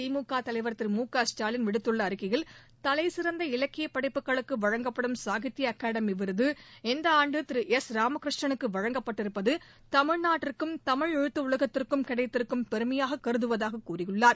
திமுக தலைவர் திரு மு க ஸ்டாலின் விடுத்துள்ள அறிக்கையில் தலைசிறந்த இலக்கிய படைப்புகளுக்கு வழங்கப்படும் சாகித்ய அகாதமி விருது இந்த ஆண்டு திருஎஸ்ராமகிருஷ்ணனுக்கு வழங்கப்பட்டிருப்பது தமிழ்நாட்டிற்கும் தமிழ் எழுத்து உலகத்திற்கும் கிடைத்திருக்கும் பெருமையாக கருதுவதாக கூறியுள்ளார்